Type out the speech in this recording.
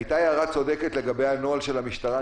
הייתה הערה צודקת לגבי הנוהל של המשטרה,